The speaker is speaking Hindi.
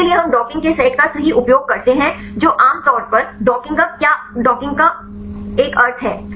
इसके लिए हम डॉकिंग के सेट का सही उपयोग करते हैं जो आम तौर पर डॉकिंग का एक अर्थ है